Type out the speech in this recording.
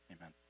Amen